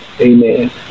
Amen